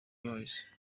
boys